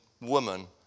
woman